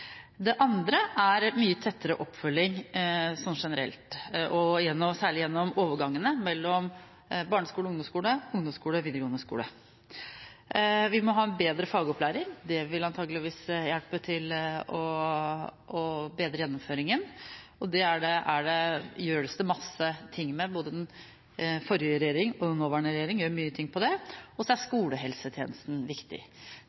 Det andre er mye tettere oppfølging generelt, særlig gjennom overgangene mellom barneskole og ungdomsskole og ungdomsskole og videregående skole. Vi må ha en bedre fagopplæring – det vil antageligvis hjelpe til med å bedre gjennomføringen – og det gjøres det masse med: Både forrige regjering og den nåværende regjeringen gjør mye med det. Skolehelsetjenesten er også viktig. Det er altfor få ansatt i skolehelsetjenesten